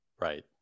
right